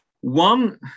One